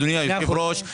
אדוני היושב-ראש,